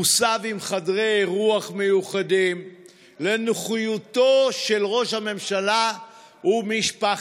הוסב עם חדרי אירוח מיוחדים לנוחיותו של ראש הממשלה ומשפחתו.